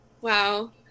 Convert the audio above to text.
wow